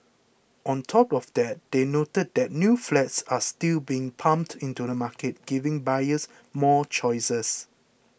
on top of that they noted that new flats are still being pumped into the market giving buyers more choices